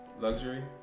luxury